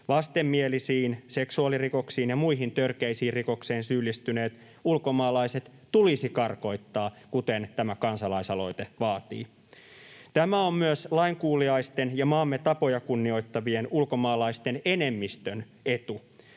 Vastenmielisiin seksuaalirikoksiin ja muihin törkeisiin rikoksiin syyllistyneet ulkomaalaiset tulisi karkottaa, kuten tämä kansalaisaloite vaatii. Tämä on myös lainkuuliaisten ja maamme tapoja kunnioittavien ulkomaalaisten enemmistön etu.